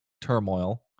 turmoil